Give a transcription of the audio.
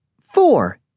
Four